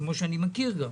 כמו שאני גם מכיר,